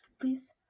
please